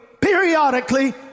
periodically